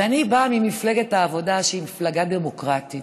ואני באה ממפלגת העבודה, שהיא מפלגה דמוקרטית,